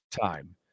time